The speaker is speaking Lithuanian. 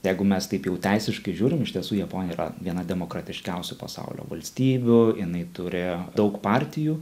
jeigu mes taip jau teisiškai žiūrim iš tiesų japonai yra viena demokratiškiausių pasaulio valstybių jinai turi daug partijų